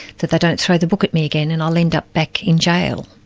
that they don't throw the book at me again, and i'll end up back in jail?